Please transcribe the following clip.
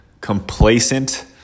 complacent